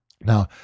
Now